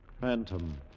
Phantom